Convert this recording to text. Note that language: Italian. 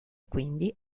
quindi